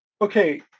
Okay